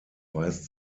weist